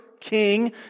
king